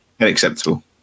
unacceptable